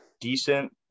decent